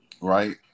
right